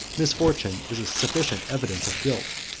misfortune is a sufficient evidence of guilt.